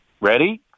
Ready